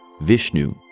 Vishnu